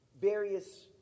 various